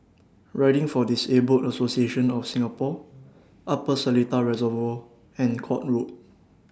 Riding For Disabled Association of Singapore Upper Seletar Reservoir and Court Road